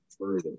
further